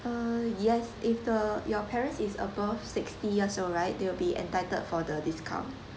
uh yes if the your parents is above sixty years old right they will be entitled for the discount